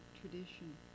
tradition